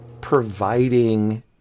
providing